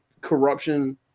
corruption